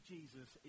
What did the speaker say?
Jesus